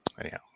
Anyhow